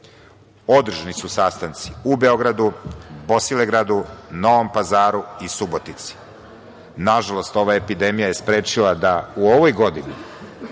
su sastanci u Beogradu, Bosilegradu, Novom Pazaru i Subotici. Nažalost, ova epidemija je sprečila da u ovoj godini